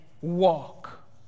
walk